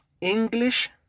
English